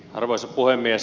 arvoisa puhemies